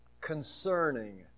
concerning